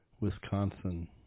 Wisconsin